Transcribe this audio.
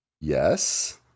Yes